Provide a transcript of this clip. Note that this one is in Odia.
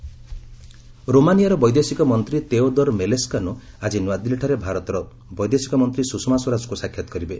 ରୋମାନିଆ ଏଫ୍ଏମ୍ ଇଣ୍ଡିଆ ରୋମାନିଆର ବୈଦେଶିକ ମନ୍ତ୍ରୀ ତେଓଦର୍ ମେଲେସ୍କାନୋ ଆଜି ନ୍ରଆଦିଲ୍ଲୀଠାରେ ଭାରତର ବୈଦେଶିକ ମନ୍ତ୍ରୀ ସୁଷମା ସ୍ୱରାଜଙ୍କୁ ସାକ୍ଷାତ କରିବେ